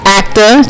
actor